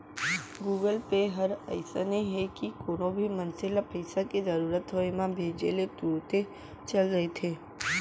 Google Pay हर अइसन हे कि कोनो भी मनसे ल पइसा के जरूरत होय म भेजे ले तुरते चल देथे